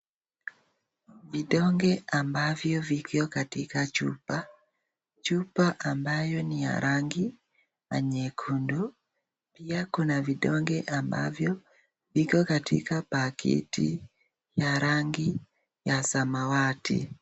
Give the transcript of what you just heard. Vidonge ambavyo viko katika chupa, chupa ambayo ni ya rangi nyekundu. Pia kuna vidonge ambavyo viko katika pakiti ya rangi ya samawati.